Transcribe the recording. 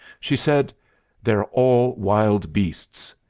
she said they're all wild beasts.